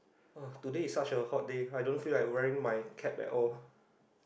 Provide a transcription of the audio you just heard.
!wah! today is such a hot day I don't feel like wearing my cap at all